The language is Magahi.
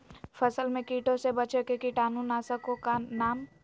फसल में कीटों से बचे के कीटाणु नाशक ओं का नाम?